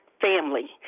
family